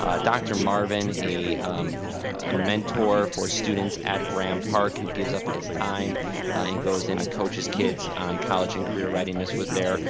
ah dr. marvin, a ah mentor for students at grand park who gives up his time and goes in and coaches kids on college and career readiness was there.